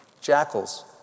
jackals